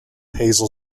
hazel